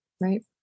Right